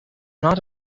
not